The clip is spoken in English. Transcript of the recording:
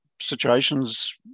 Situations